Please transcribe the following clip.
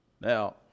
Now